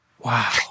Wow